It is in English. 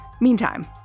Meantime